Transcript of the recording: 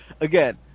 again